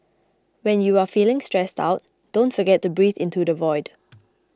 when you are feeling stressed out don't forget to breathe into the void